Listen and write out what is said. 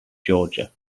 georgia